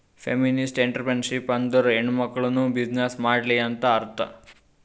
feminist entrepreneurship ಅಂದುರ್ ಹೆಣ್ಮಕುಳ್ನೂ business ಮಾಡ್ಲಿ ಅಂತ್ ಅರ್ಥಾ